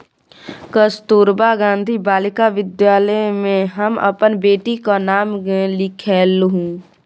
कस्तूरबा गांधी बालिका विद्यालय मे हम अपन बेटीक नाम लिखेलहुँ